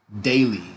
Daily